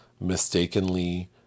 mistakenly